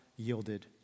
yielded